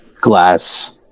glass